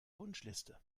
wunschliste